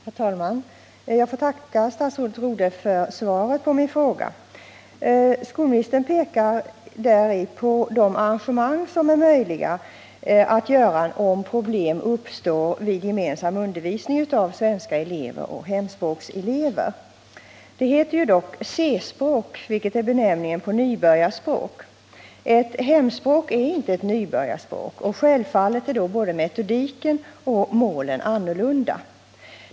Herr talman! Jag får tacka statsrådet Rodhe för svaret på min fråga. Skolministern pekar däri på de arrangemang som är möjliga att vidta, om problem uppstår vid gemensam undervisning av svenska elever och hemspråkselever. Det heter ju dock C-språk — vilket är benämningen på ett nybörjarspråk. Ett hemspråk är inte ett nybörjarspråk, och självfallet är både metodiken och målen annorlunda i dessa båda fall.